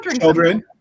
Children